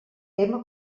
tema